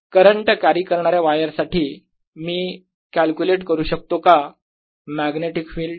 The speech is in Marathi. करंट कॅरी करणाऱ्या वायर साठी मी कॅल्क्युलेट करू शकतो का मॅग्नेटिक फिल्ड